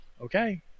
Okay